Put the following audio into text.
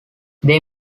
they